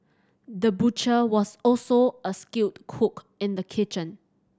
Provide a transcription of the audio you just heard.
the butcher was also a skilled cook in the kitchen